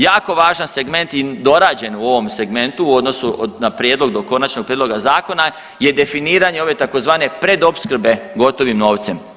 Jako važan segment i dorađen u ovom segmentu u odnosu na prijedlog do konačnog prijedloga zakona je definiranje ove tzv. predopskrbe gotovim novcem.